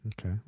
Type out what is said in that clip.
Okay